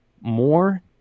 more